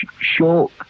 short